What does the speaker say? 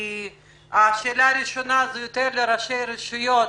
השאלה הראשונה היא יותר לראשי הרשויות,